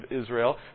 Israel